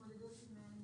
במסמך